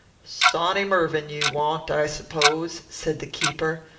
sawny mervyn you want, i suppose, said the keeper.